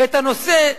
והנושא,